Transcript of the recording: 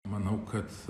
manau kad